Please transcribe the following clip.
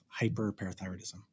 hyperparathyroidism